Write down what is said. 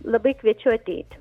labai kviečiu ateit